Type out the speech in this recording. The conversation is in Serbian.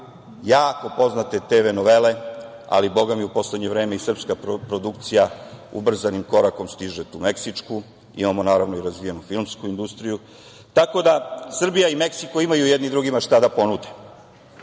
jako poznate tevenovele, ali bogami u poslednje vreme i srpska produkcija ubrzanim korakom stižete tu meksičku, imamo naravno i razvijenu filmsku industriju. Tako da Srbija i Meksiko imaju jedni drugima šta da ponude